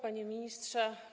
Panie Ministrze!